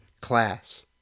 class